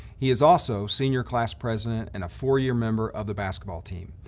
he is also senior class president and a four-year member of the basketball team.